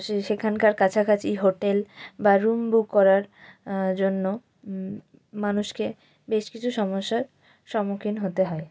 সে সেখানকার কাছাকাছি হোটেল বা রুম বুক করার জন্য মানুষকে বেশ কিছু সমস্যার সম্মুখীন হতে হয়